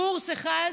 קורס אחד